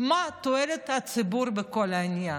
מה תועלת הציבור בכל העניין.